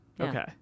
Okay